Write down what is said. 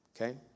okay